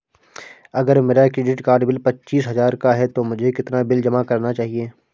अगर मेरा credit card bill पच्चीस हजार का है तो मुझे कितना बिल जमा करना चाहिए?